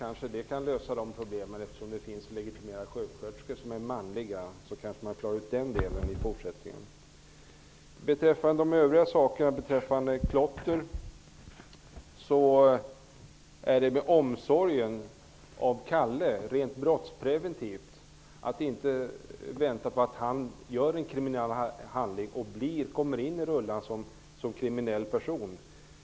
Kanske kan man därmed lösa en del problem i den delen. Det finns ju legitimerade sjuksköterskor som är män. Så några ord om klottret. Det är av omsorg om Kalle, och då rent brottspreventivt, som man inte skall vänta tills Kalle begår en kriminell handling och kommer med i rullorna som en kriminell person.